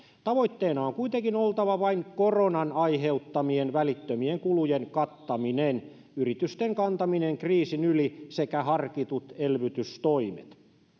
tavoitteena on kuitenkin oltava vain koronan aiheuttamien välittömien kulujen kattaminen yritysten kantaminen kriisin yli sekä harkitut elvytystoimet